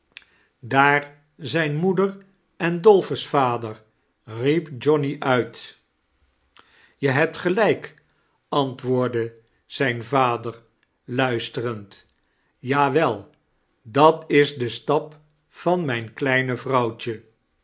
daar zrjn moeder en dolphus vader riep johnny uit je hebt gelijk antwoordde zijn vader luisterend jawel dat is de stap van mijn kleine vrouwtjd